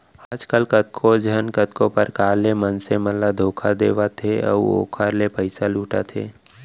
आजकल कतको झन कतको परकार ले मनसे मन ल धोखा देवत हे अउ ओखर ले पइसा लुटत हे